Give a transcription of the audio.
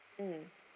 mm